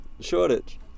Shortage